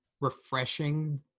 refreshing